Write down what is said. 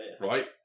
right